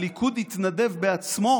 הליכוד התנדב בעצמו